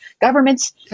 governments